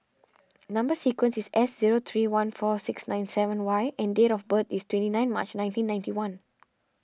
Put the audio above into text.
Number Sequence is S zero three one four six nine seven Y and date of birth is twenty nine March nineteen ninety one